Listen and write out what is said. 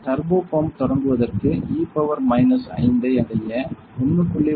turbopump தொடங்குவதற்கு E power minus 5 ஐ அடைய 1